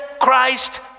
Christ